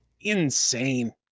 insane